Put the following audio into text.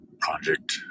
project